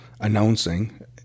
announcing